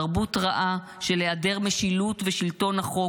תרבות רעה של היעדר משילות ושלטון החוק,